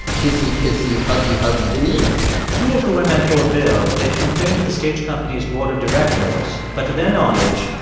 kissy-kissy, huggy-huggy demeanor two of the women told bill they'd complained to the stage company's board of directors, but to their knowledge,